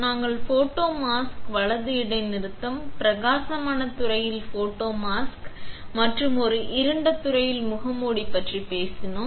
நாங்கள் photo mask வலது இடைநிறுத்தம் பிரகாசமான துறையில் போட்டோ மாஸ்க் மற்றும் ஒரு இருண்ட துறையில் முகமூடி பற்றி பேசினோம்